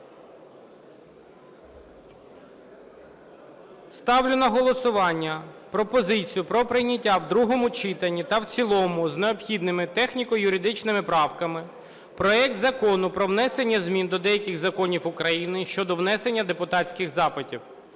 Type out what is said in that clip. Ставлю на голосування пропозицію про прийняття в другому читанні та в цілому з необхідними техніко-юридичними правками проект Закону про внесення змін до деяких законів України щодо внесення депутатських запитів